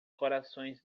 corações